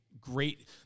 great –